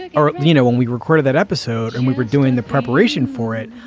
and or, you know, when we recorded that episode and we were doing the preparation for it,